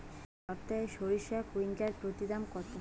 এই সপ্তাহে সরিষার কুইন্টাল প্রতি দাম কত?